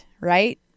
right